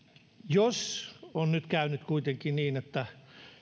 jos on nyt käynyt kuitenkin niin että